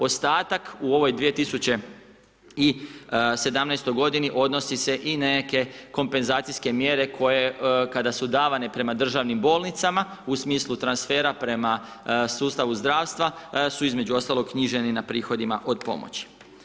Ostatak u ovoj 2017. godini odnosi se i na neke kompenzacijske mjere koje kada su davane prema državnim bolnicama, u smislu transfera prema sustavu zdravstva su između ostaloga knjiženi na prihodima od pomoći.